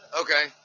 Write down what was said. Okay